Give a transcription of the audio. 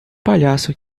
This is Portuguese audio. palhaço